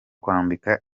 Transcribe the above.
kwambika